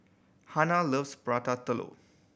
Hanna loves Prata Telur